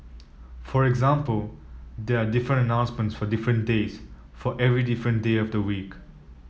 for example there are different announcements for different days for every different day of the week